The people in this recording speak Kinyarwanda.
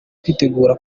kwitegura